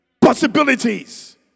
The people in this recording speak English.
possibilities